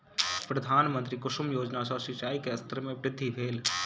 प्रधानमंत्री कुसुम योजना सॅ सिचाई के स्तर में वृद्धि भेल